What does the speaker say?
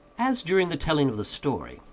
as, during the telling of the story,